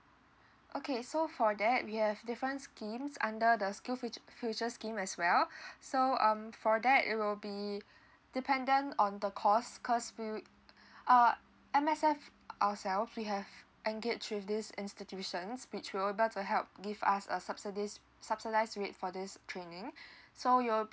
okay so for that we have different schemes under the skills fu~ future scheme as well so um for that it will be dependent on the cost cause we uh M_S_F ourselves we have engage with this institution which will able to help give us a subsidies subsidised rate for this training so it will